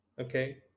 Okay